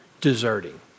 deserting